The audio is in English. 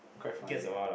quite funny lah